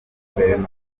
z’umutekano